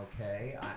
okay